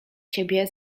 ciebie